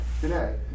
today